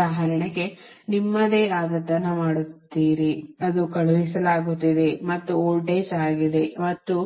ಉದಾಹರಣೆಗೆ ನಿಮ್ಮದೇ ಆದದನ್ನು ಮಾಡುತ್ತೀರಿ ಇದು ಕಳುಹಿಸಲಾಗುತ್ತಿದೆ ಮತ್ತು ವೋಲ್ಟೇಜ್ ಆಗಿದೆ ಮತ್ತು